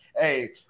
Hey